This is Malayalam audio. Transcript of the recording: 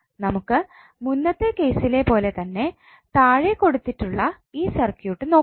നമുക്ക് മുന്നത്തെ കേസിലെ പോലെ തന്നെ താഴെ കൊടുത്തിട്ടുള്ള ഈ സർക്യൂട്ട് നോക്കാം